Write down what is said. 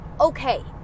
okay